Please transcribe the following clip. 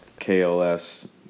KLS